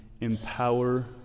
empower